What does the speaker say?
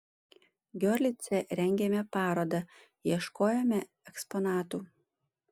giorlice rengėme parodą ieškojome eksponatų